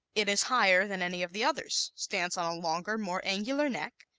it is higher than any of the others, stands on a longer, more angular neck,